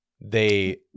they-